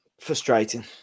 Frustrating